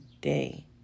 day